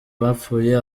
bapfuye